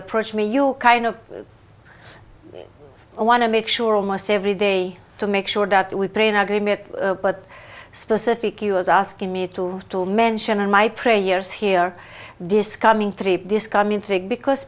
approach me you kind of want to make sure almost every day to make sure that we pray in agreement but specific you as asking me to to mention in my prayers here discovering to discover music because